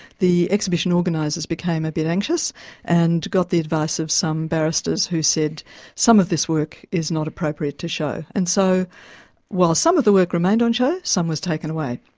the exhibition organisers became a bit anxious and got the advice of some barristers who said some of this work is not appropriate to show. and so while some of the work remained on show, some was taken away.